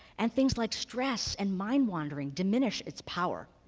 and things like stress and mind wandering diminish its power.